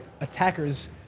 attackers